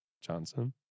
Johnson